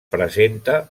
presenta